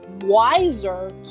wiser